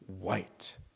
white